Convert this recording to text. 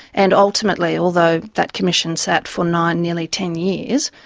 and ultimately, although that commission sat for nine, nearly ten years,